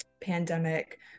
pandemic